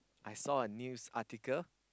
I saw a news article